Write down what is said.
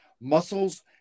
muscles